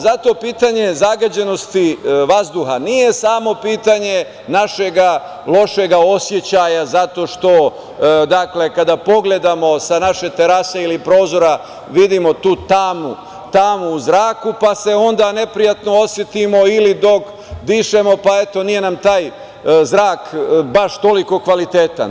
Zato pitanje zagađenosti vazduha nije samo pitanje našeg lošeg osećaja zato što kada pogledamo sa naše terase ili prozora vidimo tu tamu, tamu u zraku pa se onda neprijatno osetimo, ili dok dišemo, pa, eto nije nam taj zrak baš toliko kvalitetan.